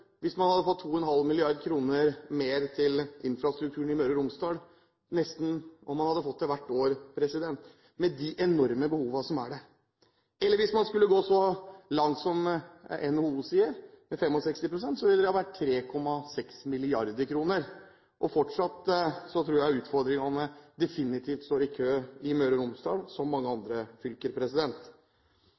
hvis de hadde fått 2,5 mrd. kr mer til infrastrukturen – selv om de hadde fått det hvert år – med de enorme behovene som er der, eller hvis man skulle gått så langt som NHO sier, med 65 pst. ville det ha vært 3,6 mrd. kr. Fortsatt tror jeg utfordringene definitivt står i kø i Møre og Romsdal, som i mange andre fylker.